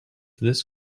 this